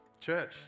Church